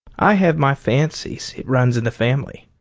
i have my fancies it runs in the family.